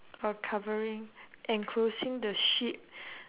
uh covering enclosing the sheep